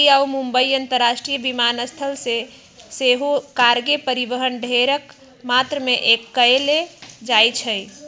दिल्ली आऽ मुंबई अंतरराष्ट्रीय विमानस्थल से सेहो कार्गो परिवहन ढेरेक मात्रा में कएल जाइ छइ